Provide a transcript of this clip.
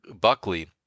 buckley